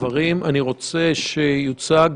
אני רוצה שיוצג